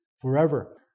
Forever